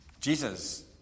Jesus